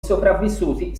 sopravvissuti